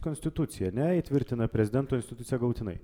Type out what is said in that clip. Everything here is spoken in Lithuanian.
konstitucija ne įtvirtina prezidento instituciją galutinai